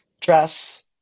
dress